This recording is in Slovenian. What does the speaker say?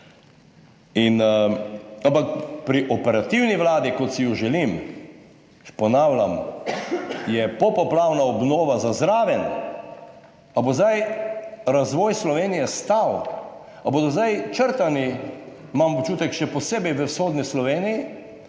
pri operativni vladi, kot si jo želim, ponavljam, je popoplavna obnova za zraven. Ali bo zdaj razvoj Slovenije stal ali bodo zdaj črtani, imam občutek, še posebej v vzhodni Sloveniji